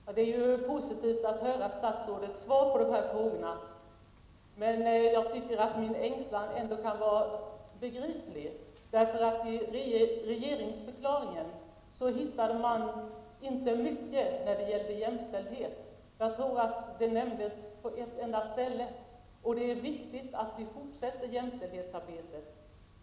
Fru talman! Det var positivt att höra statsrådets svar på mina frågor. Jag tycker att min ängslan ändå kan vara begriplig, därför att i regeringsförklaringen hittar man inte mycket om jämställdhet. Jag tror att ordet finns på ett enda ställe. Det är viktigt att vi fortsätter jämställdhetsarbetet.